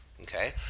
okay